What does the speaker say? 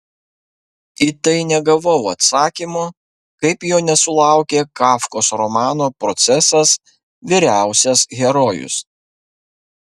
į tai negavau atsakymo kaip jo nesulaukė kafkos romano procesas vyriausias herojus